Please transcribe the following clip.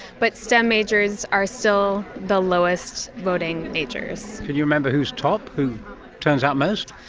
but stem majors are still the lowest voting majors. can you remember who's top, who turns out most?